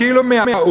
והוא כאילו מהאו"ם,